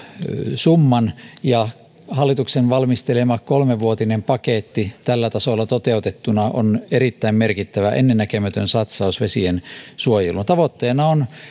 summan ja hallituksen valmistelema kolmivuotinen paketti tällä tasolla toteutettuna on erittäin merkittävä ennennäkemätön satsaus vesiensuojeluun tavoitteena on